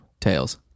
Tails